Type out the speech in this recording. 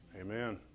Amen